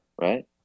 right